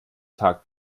tag